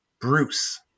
Bruce